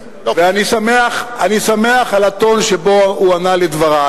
אני גם מבין את תשובתו של סגן השר ואני שמח על הטון שבו הוא ענה לדברי,